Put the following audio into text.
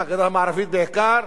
בגדה המערבית בעיקר,